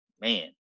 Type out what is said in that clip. man